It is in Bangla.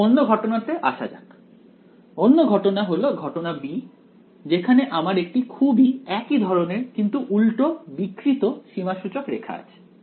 এখন অন্য ঘটনাতে আসা যাক অন্য ঘটনা হলো ঘটনা b যেখানে আমার একটি খুবই একই ধরনের কিন্তু উল্টো বিকৃত সীমাসূচক রেখা আছে